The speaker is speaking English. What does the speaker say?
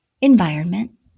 Environment